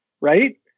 Right